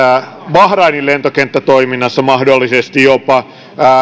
bahrainin lentokenttätoiminnassa mahdollisesti jopa